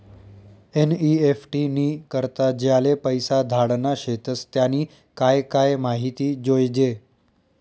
NEFT नी करता ज्याले पैसा धाडना शेतस त्यानी काय काय माहिती जोयजे